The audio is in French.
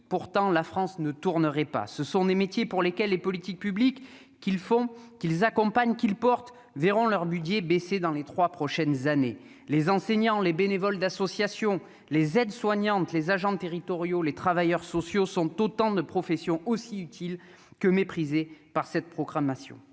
pourtant, la France ne tournerait pas ce sont des métiers pour lesquels les politiques publiques qu'ils font qu'ils accompagnent qu'il porte, verront leur budget baisser dans les 3 prochaines années, les enseignants, les bénévoles d'associations, les aides-soignantes, les agents territoriaux, les travailleurs sociaux sont autant de professions aussi utile que mépriser, par cette programmation,